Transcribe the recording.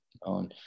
On